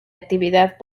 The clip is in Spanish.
actividad